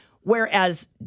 Whereas